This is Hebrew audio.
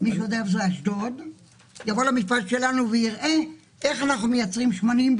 כדי לראות איך אנחנו מייצרים שמנים.